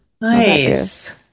Nice